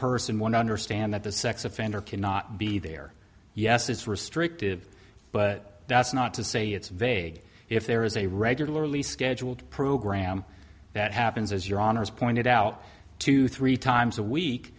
person one understand that the sex offender cannot be there yes it's restrictive but that's not to say it's vague if there is a regularly scheduled program that happens as your honour's pointed out two three times a week